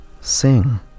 sing